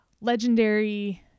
legendary